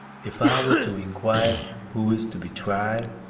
if i were to inquire who is to be tried,